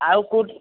ଆଉ କେଉଁଠି